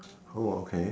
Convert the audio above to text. oh okay